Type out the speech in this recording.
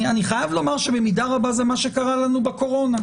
אני חייב לומר שבמידה רבה זה מה שקרה לנו בקורונה.